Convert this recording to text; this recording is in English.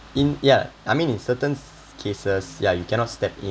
in yeah I mean in certain cases yeah you cannot step in